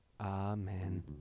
Amen